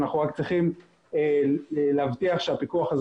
אנחנו רק צריכים להבטיח שהפיקוח הזה